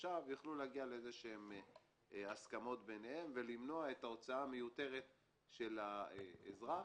התושב יוכלו להגיע להסכמות ביניהם ולמנוע הוצאה מיותרת של האזרח.